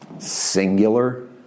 Singular